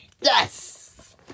Yes